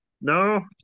No